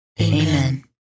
Amen